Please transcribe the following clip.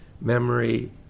memory